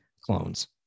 clones